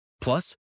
Plus